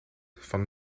van